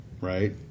right